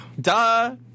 Duh